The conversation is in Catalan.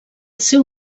seu